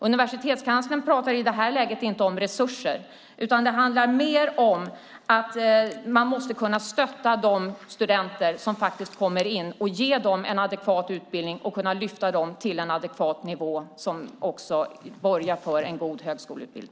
Universitetskanslern pratar inte i det här läget om resurser. Det handlar mer om att stötta de studenter som kommer in, ge dem en adekvat utbildning och lyfta dem till en adekvat nivå som borgar för en god högskoleutbildning.